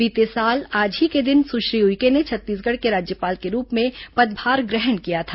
बीते साल आज ही के दिन सुश्री उइके ने छत्तीसगढ के राज्यपाल के रूप में पदभार ग्रहण किया था